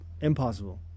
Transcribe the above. impossible